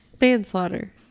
Manslaughter